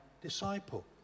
disciple